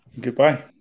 goodbye